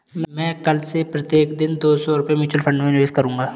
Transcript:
मैं कल से प्रत्येक दिन दो सौ रुपए म्यूचुअल फ़ंड में निवेश करूंगा